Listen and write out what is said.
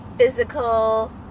physical